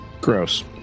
Gross